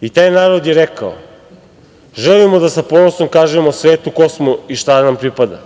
I taj narod je rekao - želimo da sa ponosom kažemo svetu ko smo i šta nam pripada.